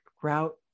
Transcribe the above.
Grout